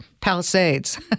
Palisades